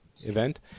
event